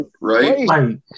right